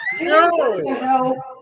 No